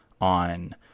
on